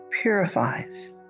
purifies